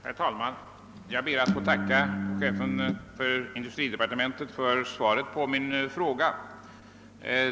Herr talman! Jag ber att få tacka chefen för industridepartementet för svaret på min fråga.